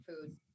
food